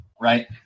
Right